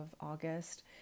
August